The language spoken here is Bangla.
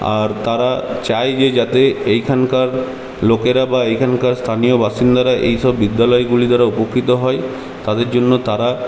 আর তারা চায় যে যাতে এইখানকার লোকেরা বা এখানকার স্থানীয় বাসিন্দারা এইসব বিদ্যালয়গুলি দ্বারা উপকৃত হয় তাদের জন্য তারা